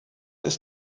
ist